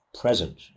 Present